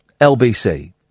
lbc